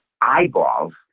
eyeballs